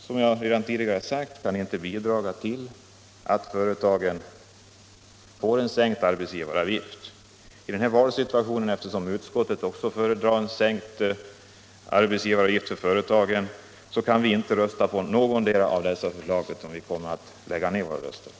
Som jag redan tidigare har sagt kan vi inte bidra till att företagen får sänkt arbetsgivaravgift. I denna valsituation — då utskottet också föredrar en sänkt arbetsgivaravgift för företagen — kan vi inte rösta på något av dessa förslag utan kommer att lägga ned våra röster.